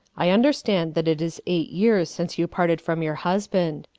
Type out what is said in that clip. i understand that it is eight years since you parted from your husband.